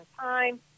time